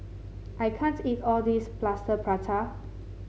I can't eat all this Plaster Prata